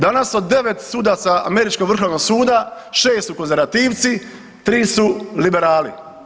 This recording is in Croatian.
Danas od 9 sudaca američkog vrhovnog suda 6 su konzervativci, 3 su liberali.